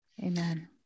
Amen